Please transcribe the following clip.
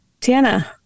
Tiana